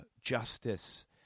justice